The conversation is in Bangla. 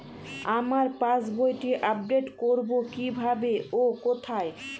আমার পাস বইটি আপ্ডেট কোরবো কীভাবে ও কোথায়?